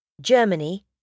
Germany